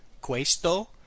Questo